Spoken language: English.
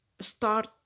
start